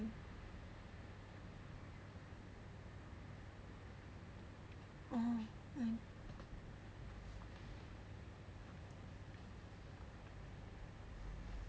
oh oh